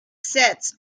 sets